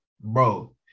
bro